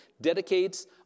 dedicates